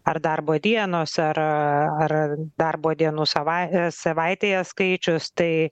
ar darbo dienos ar ar darbo dienų savai savaitėje skaičius tai